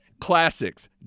classics